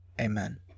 Amen